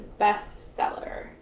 bestseller